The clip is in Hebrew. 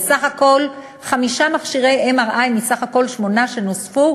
ובסך הכול חמישה מכשירי MRI מסך הכול שמונה שנוספו